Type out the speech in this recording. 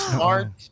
Smart